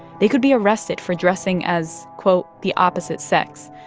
they could be arrested for dressing as, quote, the opposite sex.